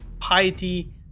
piety